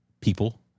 People